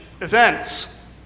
events